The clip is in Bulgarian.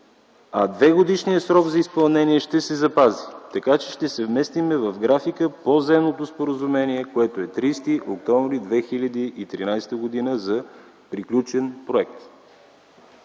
а двегодишният срок за изпълнение ще се запази. Ще се вместим в графика по Заемното споразумение, което е 30 октомври 2013 г. за приключен проект.